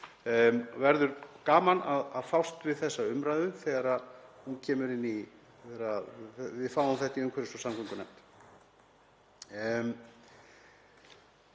verður gaman að fást við þessa umræðu þegar við fáum þetta mál í umhverfis- og samgöngunefnd.